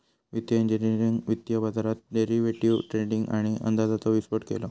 वित्तिय इंजिनियरिंगने वित्तीय बाजारात डेरिवेटीव ट्रेडींग आणि अंदाजाचो विस्फोट केलो